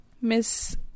Miss